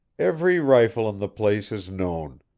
every rifle in the place is known.